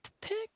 pick